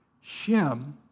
Shem